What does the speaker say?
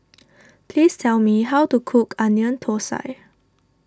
please tell me how to cook Onion Thosai